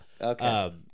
Okay